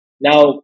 Now